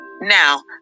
Now